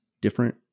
different